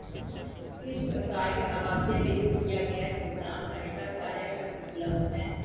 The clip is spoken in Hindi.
किस प्रकार के आवासीय विद्युत या गैस भुगतान सहायता कार्यक्रम उपलब्ध हैं?